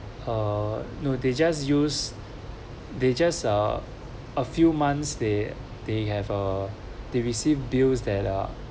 uh no they just use they just uh a few months they they have uh they receive bills that are